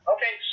Okay